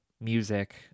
music